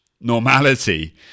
normality